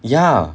ya